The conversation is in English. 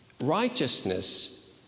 righteousness